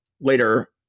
later